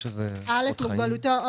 מוגבלותו או